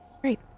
Great